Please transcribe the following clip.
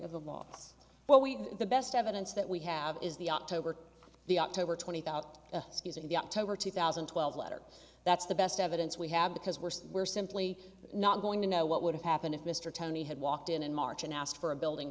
what we the best evidence that we have is the october the october twentieth out using the october two thousand and twelve letter that's the best evidence we have because we're we're simply not going to know what would have happened if mr tony had walked in in march and asked for a building